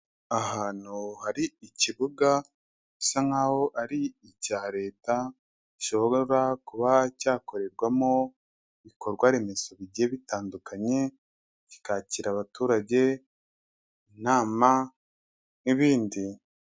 Ahantu hari ikibuga bisa nk'aho ari icya Leta, gishobora kuba cyakorerwamo ibikorwa remezo bigiye bitandukanye, kikakira abaturage, inama n'ibindi.